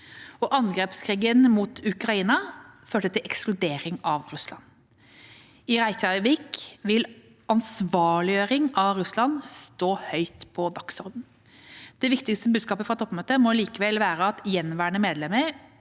Angrepskrigen mot Ukraina førte til ekskludering av Russland. I Reykjavik vil ansvarliggjøring av Russland stå på dagsordenen. Det viktigste budskapet fra toppmøtet må likevel være at gjenværende medlemmer